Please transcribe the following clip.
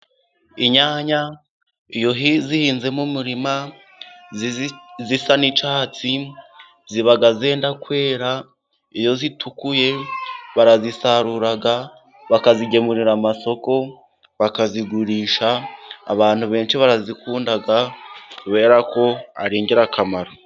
Inyanya iyo zihinze mu umurima zisa n'icyatsi, ziba zenda kwera iyo zitukuye barazisarura , bakazigemurira amasoko bakazigurisha abantu benshi barazikunda kubera ko ari ingirakamaro.